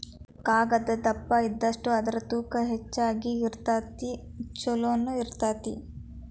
ಕಾಗದಾ ದಪ್ಪ ಇದ್ದಷ್ಟ ಅದರ ತೂಕಾ ಹೆಚಗಿ ಇರತತಿ ಚುಲೊನು ಇರತತಿ